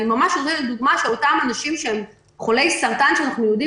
אני נותנת דוגמא מאנשים שהם חולי סרטן שאנחנו יודעים